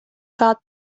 got